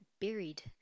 buried